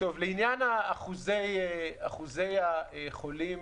לעניין אחוזי חולים,